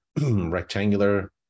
rectangular